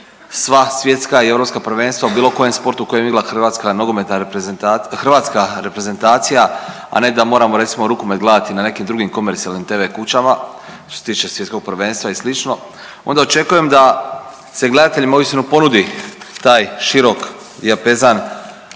sva svjetska i europska prvenstva u bilo kojem sportu u kojem je igra Hrvatska nogometna reprezentacija, hrvatska reprezentacija, a ne da moramo recimo rukomet gledati na nekim drugim komercijalnim tv kuća što se tiče svjetskog prvenstva i slično. Onda očekujem da se gledateljima uistinu ponudi taj širok dijapezan